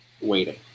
waiting